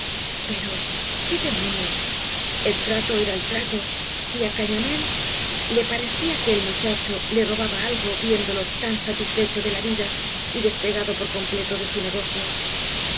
pero qué demonio el trato era trato y á gañamél le parecía que el muchacho le robaba algo viéndolo tan satisfecho de la vida y despegado por completo de au negocio